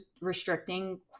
restricting